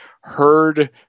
Heard